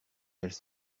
elles